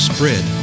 Spread